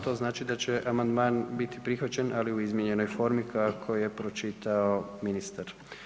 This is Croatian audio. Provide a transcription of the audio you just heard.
To znači da će amandman biti prihvaćen, ali u izmijenjenoj formi kako je pročitao ministar.